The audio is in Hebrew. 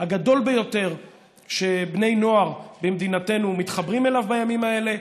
הגדול ביותר שבני נוער במדינתנו מתחברים אליו בימים האלה.